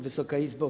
Wysoka Izbo!